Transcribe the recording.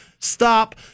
Stop